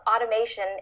automation